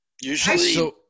usually